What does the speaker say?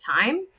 time